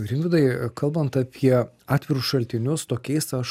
rimvydai kalbant apie atvirus šaltinius tokiais aš